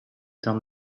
dan